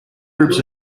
groups